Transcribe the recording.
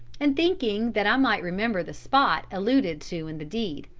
and thinking that i might remember the spot alluded to in the deed,